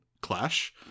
clash